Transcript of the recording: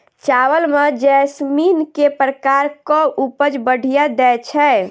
चावल म जैसमिन केँ प्रकार कऽ उपज बढ़िया दैय छै?